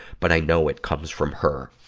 but i know it comes from her.